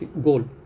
goal